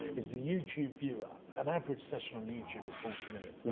is the youtube viewer, an average session on youtube is forty minutes. and